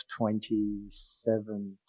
2017